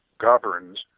governs